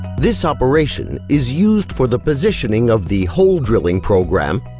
this operation is used for the positioning of the hole drilling program,